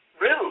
rude